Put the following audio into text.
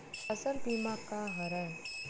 फसल बीमा का हरय?